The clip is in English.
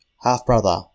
half-brother